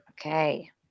Okay